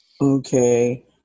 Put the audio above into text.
okay